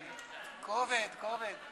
אני עומד במילתי.